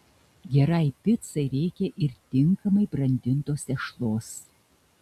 gerai picai reikia ir tinkamai brandintos tešlos